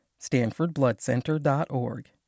StanfordBloodCenter.org